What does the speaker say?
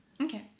okay